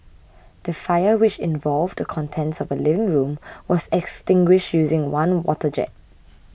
the fire which involved the contents of a living room was extinguished using one water jet